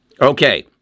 Okay